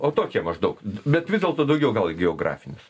o tokie maždaug bet vis dėlto daugiau gal geografinis